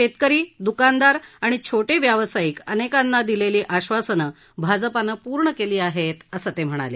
शेतकरी द्रकानदार आणि छोटे व्यावसायिक अनेकांना दिलेली आश्वासनं भाजपानं पूर्ण केली आहेत असं ते म्हणाले